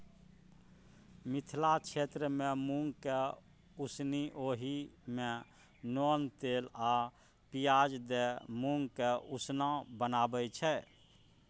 मिथिला क्षेत्रमे मुँगकेँ उसनि ओहि मे नोन तेल आ पियाज दए मुँगक उसना बनाबै छै